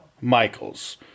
Michaels